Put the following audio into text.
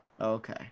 Okay